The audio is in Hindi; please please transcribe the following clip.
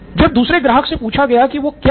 जब दूसरे ग्राहक से पूछा गया की वो क्या है